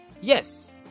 Yes